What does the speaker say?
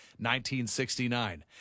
1969